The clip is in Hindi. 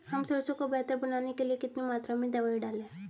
हम सरसों को बेहतर बनाने के लिए कितनी मात्रा में दवाई डालें?